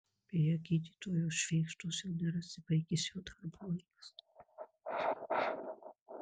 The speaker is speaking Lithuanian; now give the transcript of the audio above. beje gydytojo švėgždos jau nerasi baigėsi jo darbo laikas